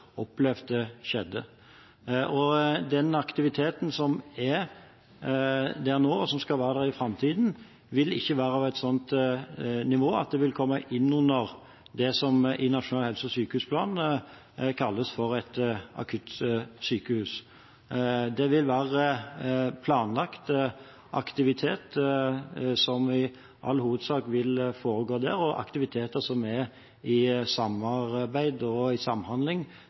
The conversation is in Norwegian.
skjedde. Den aktiviteten som er der nå, og som skal være der i framtiden, vil ikke være på et sånt nivå at det vil komme inn under det som i Nasjonal helse- og sykehusplan kalles for et akuttsykehus. Det vil være planlagt aktivitet som i all hovedsak vil foregå der, aktiviteter i samarbeid og i samhandling